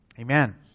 Amen